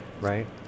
right